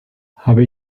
habe